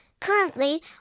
Currently